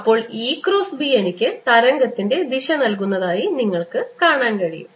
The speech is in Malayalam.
അപ്പോൾ E ക്രോസ് B എനിക്ക് തരംഗത്തിന്റെ ദിശ നൽകുന്നതായി നിങ്ങൾക്ക് കാണാൻ കഴിയും